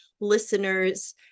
listeners